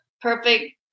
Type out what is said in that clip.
Perfect